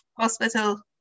hospital